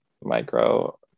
Micro